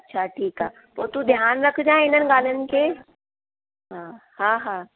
अछा ठीकु आहे पोइ तूं ध्यानु रखजांइ हिननि ॻाल्हियुनि खे हा हा